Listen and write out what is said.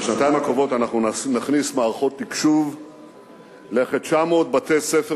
בשנתיים הקרובות אנחנו נכניס מערכות תקשוב לכ-900 בתי-הספר